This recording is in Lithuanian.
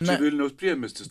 vilniaus priemiestyje